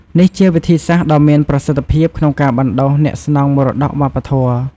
នេះជាវិធីសាស្ត្រដ៏មានប្រសិទ្ធភាពក្នុងការបណ្តុះអ្នកស្នងមរតកវប្បធម៌។